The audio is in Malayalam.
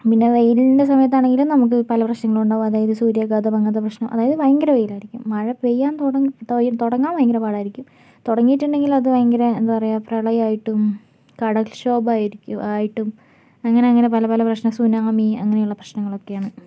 പിന്നെ വെയിലിൻ്റെ സമയത്ത് ആണെങ്കിലും നമുക്ക് പല പ്രശ്നങ്ങളും ഉണ്ടാവും അതായത് സൂര്യാഘാതം അങ്ങനത്തെ പ്രശ്നം അതായത് ഭയങ്കര വെയിൽ ആയിരിക്കും മഴ പെയ്യാൻ തുടങ്ങി എന്തായാലും തുടങ്ങാൻ ഭയങ്കര പാട് ആയിരിക്കും തുടങ്ങിയിട്ടുണ്ടെങ്കിൽ അതു ഭയങ്കര എന്താ പറയുക പ്രളയം ആയിട്ടും കടൽക്ഷോഭം ആയിരിക്കും ആയിട്ടും അങ്ങനെ അങ്ങനെ പല പല പ്രശ്നങ്ങൾ സുനാമി അങ്ങനെയുള്ള പ്രശ്നങ്ങൾ ഒക്കെയാണ്